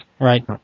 Right